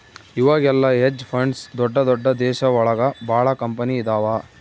ಇವಾಗೆಲ್ಲ hedge funds ದೊಡ್ದ ದೊಡ್ದ ದೇಶ ಒಳಗ ಭಾಳ ಕಂಪನಿ ಇದಾವ